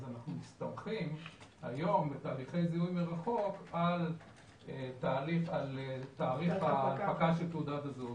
אז אנחנו מסתמכים היום בתהליכי זיהוי מרחוק על תאריך הנפקת תעודת הזהות.